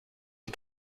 ich